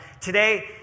Today